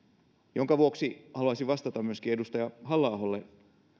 sen vuoksi haluaisin vastata myöskin edustaja halla aholle